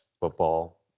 football